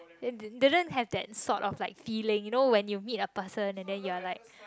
didn't have that sort of like feeling you know when you meet a person and you're like